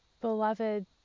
beloved